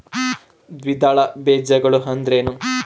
ದ್ವಿದಳ ಬೇಜಗಳು ಅಂದರೇನ್ರಿ?